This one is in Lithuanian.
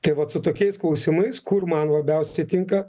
tai vat su tokiais klausimais kur man labiausiai tinka